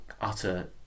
utter